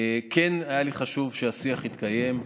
כן היה לי חשוב שהשיח יתקיים.